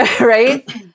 right